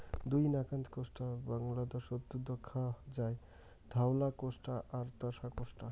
দুই নাকান কোষ্টা বাংলাদ্যাশত দ্যাখা যায়, ধওলা কোষ্টা আর তোষা কোষ্টা